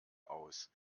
aus